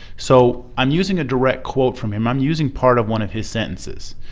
so i'm using a direct quote from him i'm using part of one of his sentences.